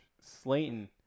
Slayton